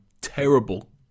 terrible